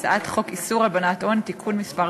הצעת חוק איסור הלבנת הון (תיקון מס'